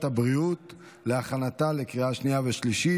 הבריאות להכנתה לקריאה השנייה והשלישית.